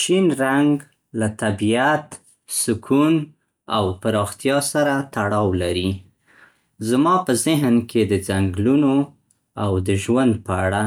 شين رنګ له طبیعت، سکون او پراختیا سره تړاو لري. زما په ذهن کې د ځنګلونو او د ژوند په اړه